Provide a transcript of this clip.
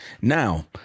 Now